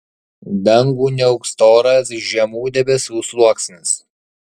dangų niauks storas žemų debesų sluoksnis